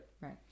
Right